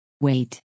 Wait